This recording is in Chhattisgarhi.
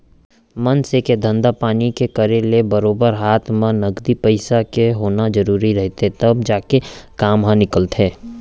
मनसे के धंधा पानी के करे ले बरोबर हात म नगदी पइसा के होना जरुरी रहिथे तब जाके काम ह निकलथे